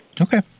Okay